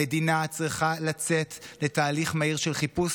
המדינה צריכה לצאת לתהליך מהיר של חיפוש